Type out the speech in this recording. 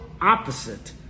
opposite